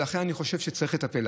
ולכן אני חושב שצריך לטפל.